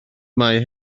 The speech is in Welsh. mae